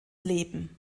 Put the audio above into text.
leben